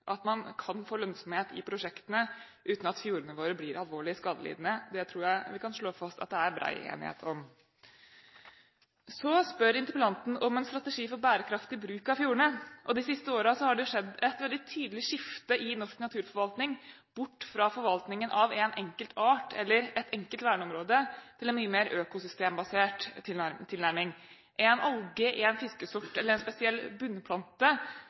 at man kan få lønnsomhet i prosjektene, uten at fjordene våre blir alvorlig skadelidende. Det tror jeg vi kan slå fast at det er brei enighet om. Interpellanten spør om en strategi for bærekraftig bruk av fjordene. De siste årene har det skjedd et veldig tydelig skifte i norsk naturforvaltning – bort fra forvaltningen av en enkelt art eller ett enkelt verneområde til en mye mer økosystembasert tilnærming. En alge, en fiskesort eller en spesiell bunnplante